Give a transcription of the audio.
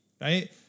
right